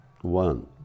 One